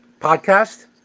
podcast